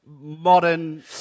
Modern